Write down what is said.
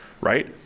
right